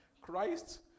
Christ